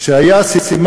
יום